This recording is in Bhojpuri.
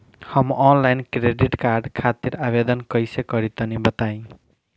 हम आनलाइन क्रेडिट कार्ड खातिर आवेदन कइसे करि तनि बताई?